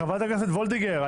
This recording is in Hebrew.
חברת הכנסת וולדיגר,